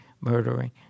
murdering